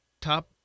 top